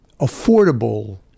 affordable